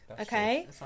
Okay